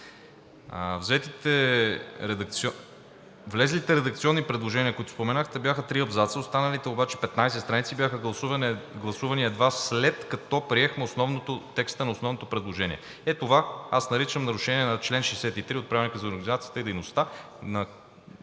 Влезлите редакционни предложения, които споменахте, бяха три абзаца, останалите обаче 15 страници бяха гласувани едва след като приехме текста на основното предложение. Ето това аз наричам нарушение на чл. 63 от Правилника за организацията и дейността на